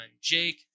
Jake